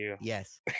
yes